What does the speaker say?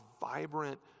vibrant